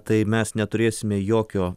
tai mes neturėsime jokio